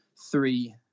three